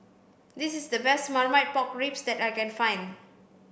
this is the best marmite pork ribs that I can find